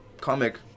comic